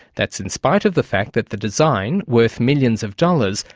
that's in spite of the fact that the design, worth millions of dollars,